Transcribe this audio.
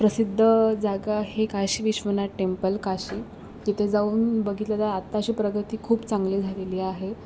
प्रसिद्ध जागा आहे काशी विश्वनाथ टेम्पल काशी तिथे जाऊन बघितलं तर आत्ताची प्रगती खूप चांगली झालेली आहे